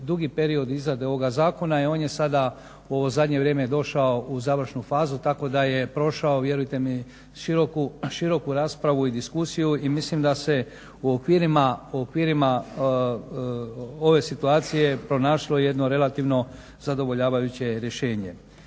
dugi period izrade ovoga zakona. On je sada u zadnje vrijeme došao u završnu fazu tako da je prošao vjerujte mi široku raspravu i diskusiju i mislim da se u okvirima ove situacije pronašlo jedno relativno zadovoljavajuće rješenje.